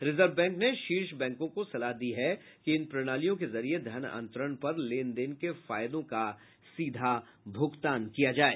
reserve bank ने शीर्ष बैकों को सलाह दी है कि इन प्रणालियों के जरिये धन अंतरण पर लेन देन के फायदों का सीधा भुगतान किया जाये